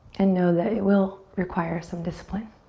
and know that it will require some discipline.